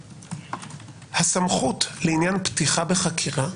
הסמכות לעניין פתיחה בחקירה,